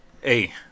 Hey